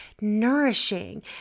nourishing